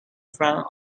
front